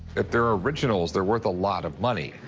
if they're originals, they're worth a lot of money.